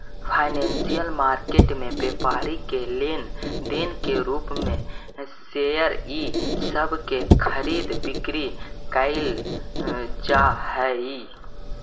financial market में व्यापारी के लेन देन के रूप में शेयर इ सब के खरीद बिक्री कैइल जा हई